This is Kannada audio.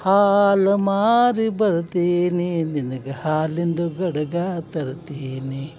ಹಾಲು ಮಾರಿ ಬರ್ತೀನಿ ನಿನಗೆ ಹಾಲಿಂದು ಗಡಗ ತರುತ್ತೀನಿ